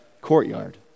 courtyard